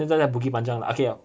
就在那 bukit panjang okay